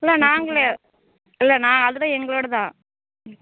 இல்லை நாங்களே இல்லை அதுலாம் எங்களோடதுதான்